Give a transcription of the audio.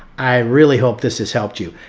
i really hope this has helped you.